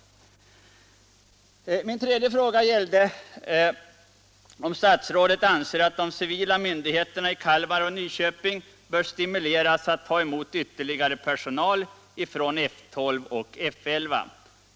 i; Min tredje fråga var om statsrådet anser att civila myndigheter i Kalmar och Nyköping bör stimuleras att ta emot ytterligare personal från F 12 och F 11.